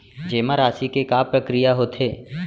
जेमा राशि के का प्रक्रिया होथे?